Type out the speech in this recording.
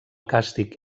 càstig